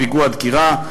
פיגוע דקירה,